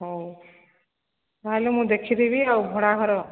ହଉ ତାହେଲେ ମୁଁ ଦେଖିଦେବି ଆଉ ଭଡ଼ାଘର